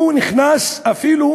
הוא נכנס אפילו